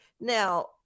now